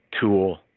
Tool